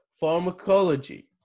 pharmacology